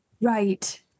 right